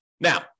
Now